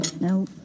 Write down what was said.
No